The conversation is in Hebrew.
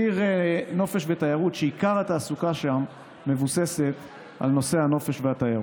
היא עיר נופש ותיירות שעיקר התעסוקה בה מבוססת על נושא הנופש והתיירות.